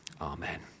Amen